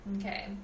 Okay